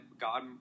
god